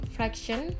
Fraction